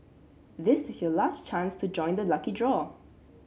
this is your last chance to join the lucky draw